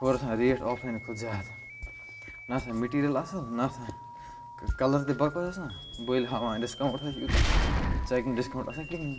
ہورٕ آسان rate of لایِنہٕ کھۄتہٕ زیادٕ نَہ آسان مِٹیٖریل اصٕل نَہ آسان کَلَر تہِ بَکواس آسان بٔلۍ ہاوان ڈِسکاوُنٛٹ ہسا چھُ یوٗتاہ ژَکہِ نہٕ ڈِسکاوُنٛٹ آسان کِہیٖنۍ